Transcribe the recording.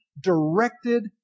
directed